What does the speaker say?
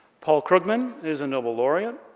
paul krugman is a nobel laureate,